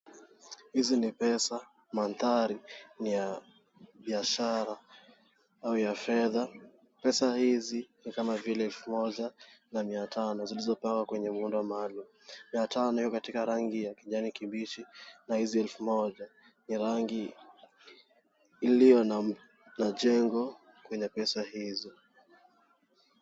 Hizi ni pesa. Mandhari ni ya biashara au ya fedha. Pesa hizi ni kama vile elfu moja na mia tano, zilizopangwa kwenye muundo maalum. Mia tano iko katika rangi ya kijani kibichi na hizi elfu moja ni rangi iliyo na jengo kwenye pesa hizo .